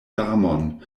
damon